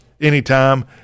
anytime